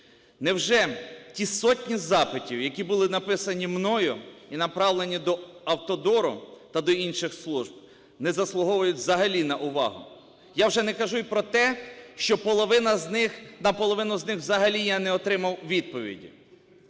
Невже ті сотні запитів, які були написані мною і направлені до автодору та до інших служб, не заслуговують взагалі на увагу? Я вже не кажу і про те, що на половину з них взагалі я не отримав відповіді.